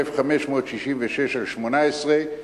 1566/18,